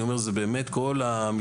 אני אומר שזה באמת כל המשרד,